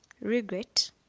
regret